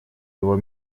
его